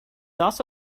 also